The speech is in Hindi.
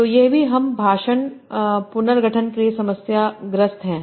तो ये भी स्पीच पुनर्गठन के लिए समस्या ग्रस्त हैं